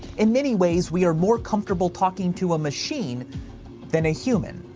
in many ways, we are more comfortable talking to a machine than a human.